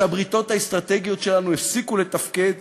שהבריתות האסטרטגיות שלנו הפסיקו לתפקד